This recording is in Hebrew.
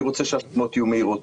אני רוצה שהשומות יהיו מהירות,